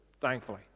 thankfully